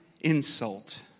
insult